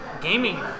gaming